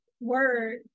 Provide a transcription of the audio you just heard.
word